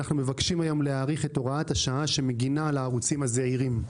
אנחנו מבקשים היום להאריך את הוראת השעה שמגנה על הערוצים הזעירים.